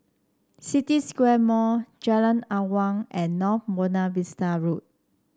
City Square Mall Jalan Awan and North Buona Vista Road